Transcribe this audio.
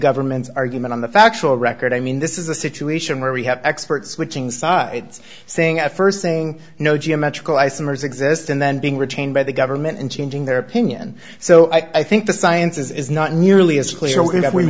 government's argument on the factual record i mean this is a situation where we have experts switching sides saying at st saying no geometrical isomers exist and then being retained by the government and changing their opinion so i think the science is not nearly as clear w